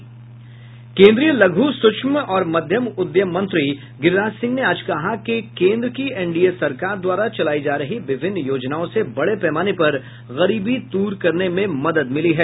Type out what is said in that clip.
केन्द्रीय लघू सूक्ष्म और मध्यम उद्यम मंत्री गिरिराज सिंह ने आज कहा कि केन्द्र की एनडीए सरकार द्वारा चलायी जा रही विभिन्न योजनाओं से बड़े पैमाने पर गरीबी दूर करने में मदद मिली है